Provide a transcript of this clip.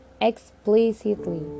explicitly